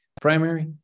primary